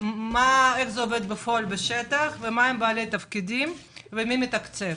זה עובד בשטח, מהם בעלי התפקידים ומי מתקצב?